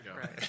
Right